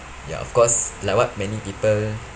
ya of course like what many people